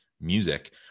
music